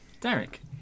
Derek